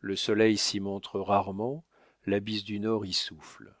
le soleil s'y montre rarement la bise du nord y souffle